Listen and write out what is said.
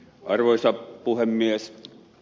arvoisa puhemies